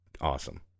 Awesome